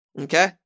Okay